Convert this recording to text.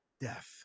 death